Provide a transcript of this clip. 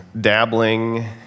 dabbling